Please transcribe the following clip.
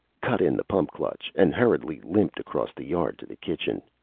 cut in the pump clutch and hurriedly limped across the yard to the kitchen.